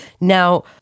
Now